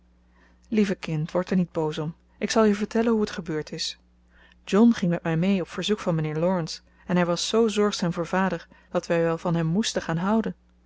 lieve kind word er niet boos om ik zal je vertellen hoe het gebeurd is john ging met mij mee op verzoek van mijnheer laurence en hij was zo zorgzaam voor vader dat wij wel van hem moesten gaan houden